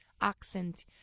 accent